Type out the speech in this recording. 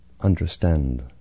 understand